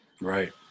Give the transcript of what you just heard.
Right